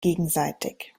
gegenseitig